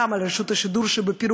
וגם על רשות השידור שבפירוק,